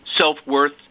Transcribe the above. self-worth